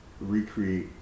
recreate